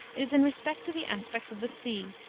it is in respect to the aspects of the sea.